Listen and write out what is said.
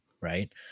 right